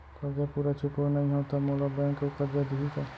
करजा पूरा चुकोय नई हव त मोला बैंक अऊ करजा दिही का?